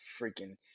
freaking